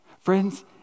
Friends